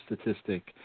statistic